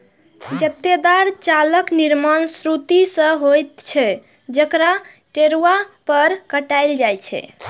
जादेतर जालक निर्माण सुतरी सं होइत छै, जकरा टेरुआ पर काटल जाइ छै